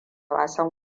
wasan